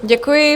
Děkuji.